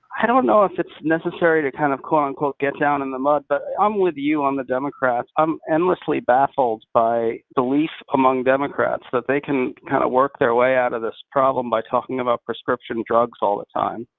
i don't know if it's necessary to kind of quote-unquote get down in the mud, but i'm with you on the democrats. i'm endlessly baffled by the least among democrats that they can kind of work their way out of this problem by talking about prescription drugs all the time.